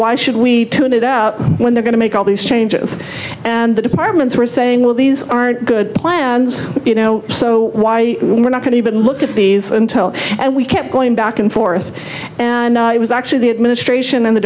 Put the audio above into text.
why should we tune it out when they're going to make all these changes and the departments were saying well these aren't good plans you know so why we're not going to even look at these until and we kept going back and forth and it was actually the administration and the